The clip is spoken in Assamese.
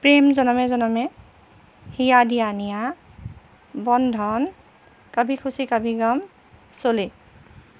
প্ৰেম জনমে জনমে হিয়া দিয়া নিয়া বন্ধন কভি খুচি কভি গম চলে